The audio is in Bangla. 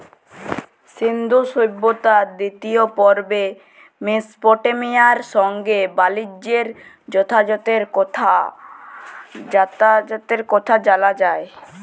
সিল্ধু সভ্যতার দিতিয় পর্বে মেসপটেমিয়ার সংগে বালিজ্যের যগাযগের কথা জালা যায়